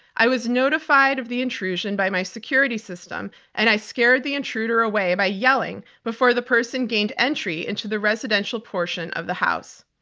i was notified of the intrusion by my security system and i scared the intruder away by yelling before the person gained entry into the residential portion of the house.